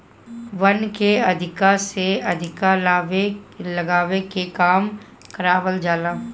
वन के अधिका से अधिका लगावे के काम करवावल जाला